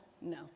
no